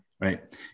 right